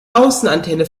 außenantenne